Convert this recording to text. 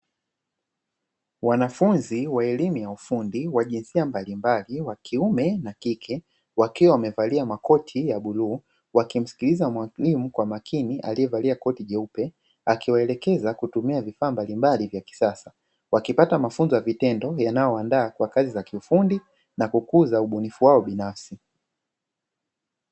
Wanafunzi wa elimu ya ufundi wa jinsia mbalimbali wa kiume na kike wakiwa wamevalia makoti ya bluu wakimsikiliza mwalimu kwa makini aliyevalia koti jeupe, akiwaelekeza kutumia vifaa mbalimbali vya kisasa wakipata mafunzo ya vitendo yanayowandaa kwa kazi za kiufundi na kukuza ubunifu wao binafsi.